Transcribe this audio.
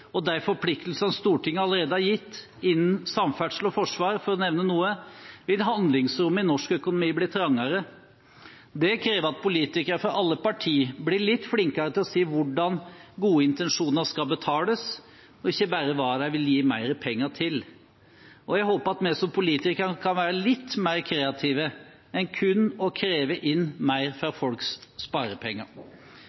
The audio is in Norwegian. med de forpliktelsene Stortinget allerede har gitt innenfor samferdsel og forsvar, for å nevne noe, vil handlingsrommet i norsk økonomi bli trangere. Det krever at politikere fra alle partier blir litt flinkere til å si hvordan gode intensjoner skal betales, ikke bare hva de vil gi mer penger til. Og jeg håper at vi som politikere kan være litt mer kreative enn kun å kreve inn mer